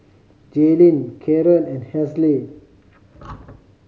Jaylin Karon and Hazle